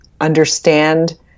understand